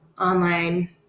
online